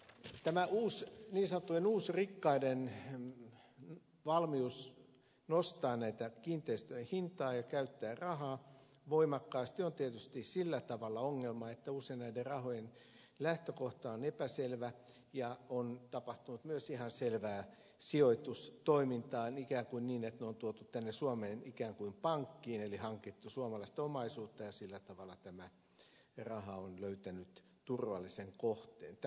tämä niin sanottujen uusrikkaiden valmius nostaa kiinteistöjen hintaa ja käyttää rahaa voimakkaasti on tietysti sillä tavalla ongelma että usein näiden rahojen lähtökohta on epäselvä ja on tapahtunut myös ihan selvää sijoitustoimintaa niin että raha on tuotu tänne suomeen ikään kuin pankkiin eli hankittu suomalaista omaisuutta ja tällä tavalla tämä raha on löytänyt turvallisen kohteensa